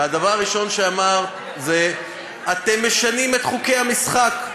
והדבר הראשון שאמרת זה "אתם משנים את חוקי המשחק"